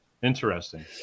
Interesting